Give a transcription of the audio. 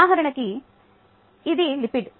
ఉదాహరణకు ఇది లిపిడ్